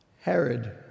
Herod